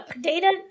data